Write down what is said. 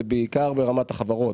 זה בעיקר ברמת החברות,